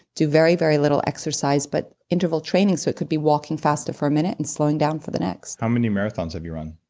do very, very little exercise, but interval training, so it could be walking faster for a minute and slowing down for the next how many marathons have you run?